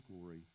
glory